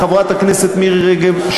חברת הכנסת מירי רגב,